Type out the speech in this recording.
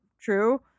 true